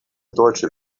deutsche